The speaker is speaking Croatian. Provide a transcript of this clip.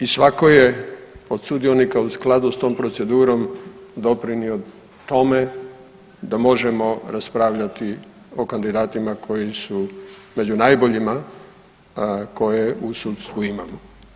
I svatko je od sudionika u skladu s tom procedurom doprinio tome da možemo raspravljati o kandidatima koji su među najboljima koje u sudstvu imamo.